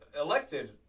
elected